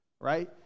right